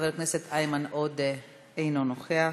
חבר הכנסת איימן עודה, אינו נוכח.